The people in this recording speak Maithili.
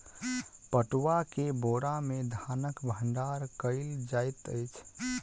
पटुआ के बोरा में धानक भण्डार कयल जाइत अछि